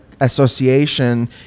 association